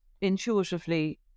intuitively